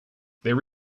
there